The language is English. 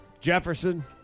Jefferson